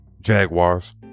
Jaguars